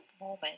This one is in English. moment